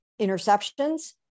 interceptions